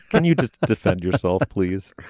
can you just defend yourself please.